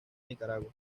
nicaragua